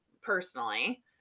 personally